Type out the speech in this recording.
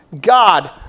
God